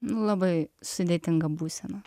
labai sudėtinga būsena